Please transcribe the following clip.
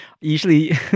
usually